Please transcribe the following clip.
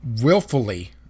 willfully